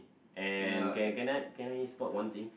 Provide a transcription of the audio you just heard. and can can I can I spot one thing